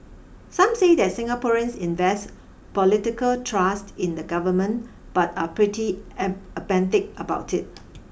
some say that Singaporeans invest political trust in the government but are pretty apathetic about it